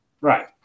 Right